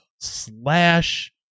slash